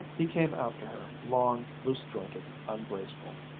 he came after her, long, loose-jointed, ungraceful.